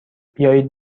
بیایید